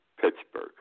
pittsburgh